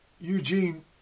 Eugene